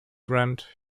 grant